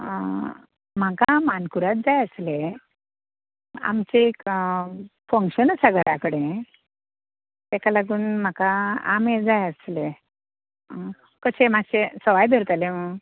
आ म्हाका मानकुराद जाय आसले आमचें एक फंक्शन आसा घरा कडेन ताका लागून म्हाका आंबें जाय आसले कशे मातशें सवाय धरतले मूं